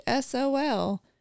SOL